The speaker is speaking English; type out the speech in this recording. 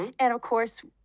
and, of course,